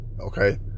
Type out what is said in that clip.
okay